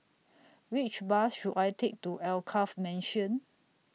Which Bus should I Take to Alkaff Mansion